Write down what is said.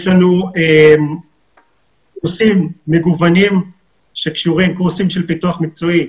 יש לנו קורסים מגוונים של פיתוח מקצועי,